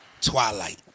Twilight